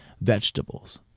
vegetables